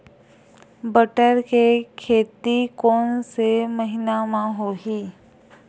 बटर के खेती कोन से महिना म होही?